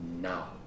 now